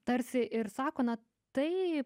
tarsi ir sako na tai